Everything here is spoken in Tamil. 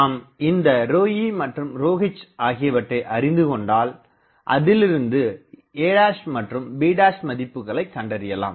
நாம் இந்த ρe மற்றும் ρh ஆகியவற்றை அறிந்துகொண்டால் அதிலிருந்து a மற்றும் b மதிப்புகளைக் கண்டறியலாம்